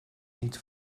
niet